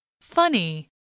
Funny